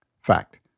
Fact